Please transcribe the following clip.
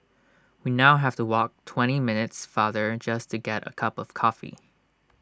we now have to walk twenty minutes farther just to get A cup of coffee